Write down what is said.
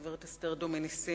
הגברת אסתר דומיניסיני,